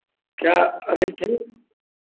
क्या रेट है